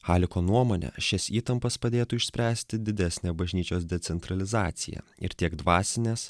haliko nuomone šias įtampas padėtų išspręsti didesnė bažnyčios decentralizacija ir tiek dvasinės